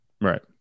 Right